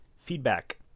Feedback